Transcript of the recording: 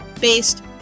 based